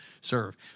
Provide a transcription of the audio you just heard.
serve